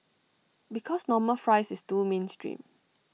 because normal fries is too mainstream